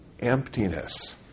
emptiness